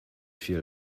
viel